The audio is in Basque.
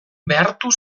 behartu